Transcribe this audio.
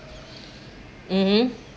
mmhmm